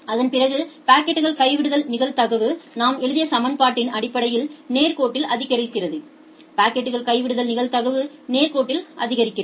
அதன் பிறகு பாக்கெட்கள் கைவிடுதல் நிகழ்தகவு நாம் எழுதிய சமன்பாட்டின் அடிப்படையில் நேர்கோட்டில் அதிகரிக்கிறது பாக்கெட்கள் கைவிடுதல் நிகழ்தகவு நேர்கோட்டில் அதிகரிக்கிறது